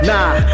Nah